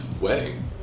wedding